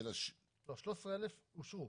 13,000 אושרו.